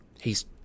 He's